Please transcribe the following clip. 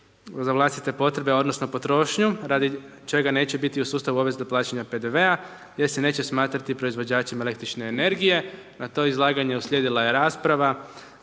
za vlastite potrebe odnosno, potrošnju, radi čega neće biti u sustavu obveze plaćanja PDV-a gdje se neće smatrati proizvođačem el. energije. Na to izlaganje uslijedila je rasprava,